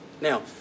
now